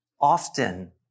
often